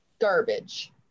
garbage